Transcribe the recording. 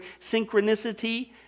synchronicity